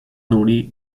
努力